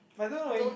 by the way